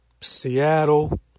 Seattle